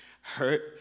hurt